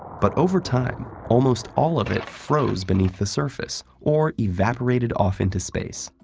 but over time, almost all of it froze beneath the surface, or evaporated off into space.